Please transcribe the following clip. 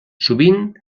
sovint